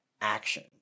action